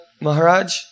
Maharaj